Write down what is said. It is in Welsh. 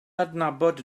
adnabod